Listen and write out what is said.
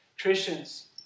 Christians